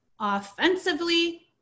offensively